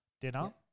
dinner